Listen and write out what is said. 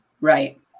Right